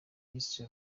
yise